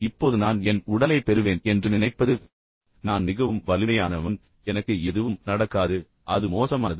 இப்போது நான் என் உடலைப் பெறுவேன் என்று நினைப்பது எனவே நான் மிகவும் வலிமையானவன் எனக்கு எதுவும் நடக்காது எனவே அது மோசமானது